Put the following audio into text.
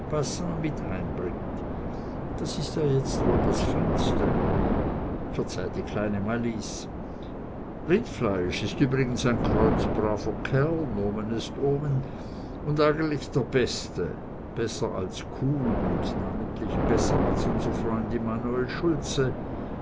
heimbringt das ist ja wohl jetzt das feinste verzeih die kleine malice rindfleisch ist überdies ein kreuzbraver kerl nomen et omen und eigentlich der beste besser als kuh und namentlich besser als unser freund immanuel schultze